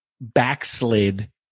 backslid